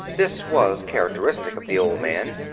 this was characteristic of the old man.